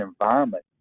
environment